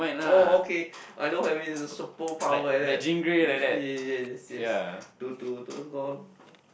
oh okay I know what you mean is a superpower like that ye~ yes yes to to those gone